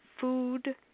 food